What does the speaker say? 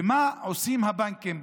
ומה עושים הבנקים,